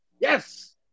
Yes